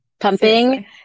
Pumping